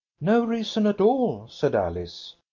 no reason at all, said alice.